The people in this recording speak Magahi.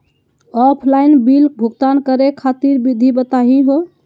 ऑफलाइन बिल भुगतान करे खातिर विधि बताही हो?